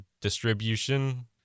distribution